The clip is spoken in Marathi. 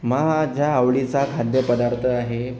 माझ्या आवडीचा खाद्यपदार्थ आहे